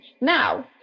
Now